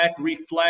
reflect